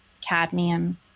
cadmium